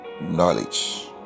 knowledge